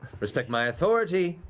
respect my authority,